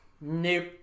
Nope